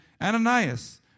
Ananias